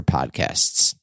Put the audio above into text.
podcasts